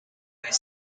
his